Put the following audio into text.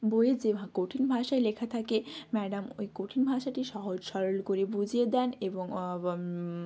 বইয়ে যেভাবে কঠিন ভাষায় লেখা থাকে ম্যাডাম ওই কঠিন ভাষাটি সহজ সরল করে বুঝিয়ে দেন এবং